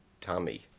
Tommy